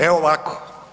Evo ovako.